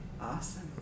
Awesome